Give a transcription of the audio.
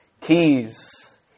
Keys